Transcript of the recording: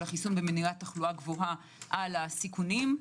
החיסון במניעת תחלואה גבוהה על הסיכונים,